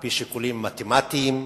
על-פי שיקולים מתמטיים.